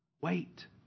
Wait